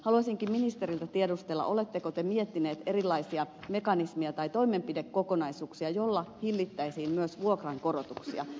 haluaisinkin ministeriltä tiedustella oletteko te miettinyt erilaisia mekanismeja tai toimenpidekokonaisuuksia joilla hillittäisiin myös vuokrankorotuksia